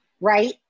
right